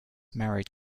married